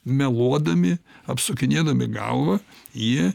meluodami apsukinėdami galvą jie